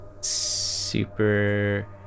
Super